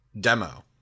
demo